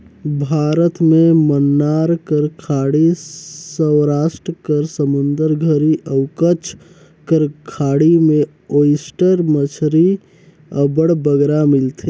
भारत में मन्नार कर खाड़ी, सवरास्ट कर समुंदर घरी अउ कच्छ कर खाड़ी में ओइस्टर मछरी अब्बड़ बगरा मिलथे